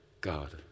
God